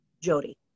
Jody